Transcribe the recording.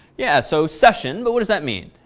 yeah. so session, but what does that mean?